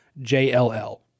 JLL